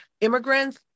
immigrants